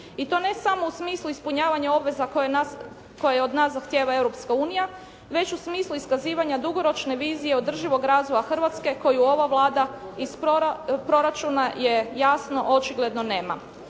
I to ne samo u smislu ispunjavanja obveze koje nas, koje od nas zahtijeva Europska unija već u smislu iskazivanja dugoročne vizije održivog razvoja Hrvatske koju ova Vlada iz proračuna je jasno, očigledno nema.